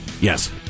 Yes